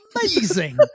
amazing